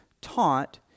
taught